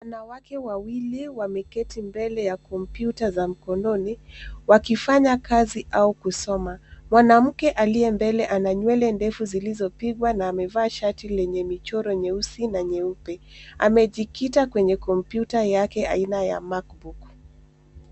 Wanawake wawili wameketi mbele ya kompyuta za mkononi wakifanya kazi au kusoma. Mwanamke aliye mbele ana nywele ndefu zilizopindwa na amevaa shati lenye michoro nyeusi na nyeupe. Amejikita kwenye kompyuta yake aina ya mac book .